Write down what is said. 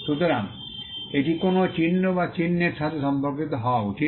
সুতরাং এটি কোনও চিহ্ন বা চিহ্নের সাথে সম্পর্কিত হওয়া উচিত